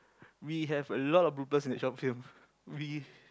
we have a lot of bloopers in that short film we